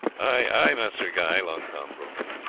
ay, ay, master guy, long tom broke in,